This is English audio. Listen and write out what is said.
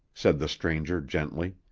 said the stranger gently.